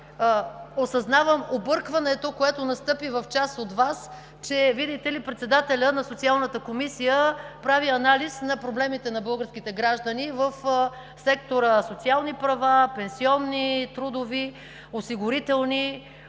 осъзнавам объркването, което настъпи в част от Вас, че, видите ли, председателят на Социалната комисия прави анализ на проблемите на българските граждани в сектора „социални права – пенсионни, трудови, осигурителни,